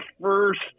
first